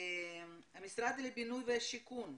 משרד הבינוי והשיכון,